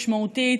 משמעותית,